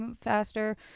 faster